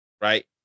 right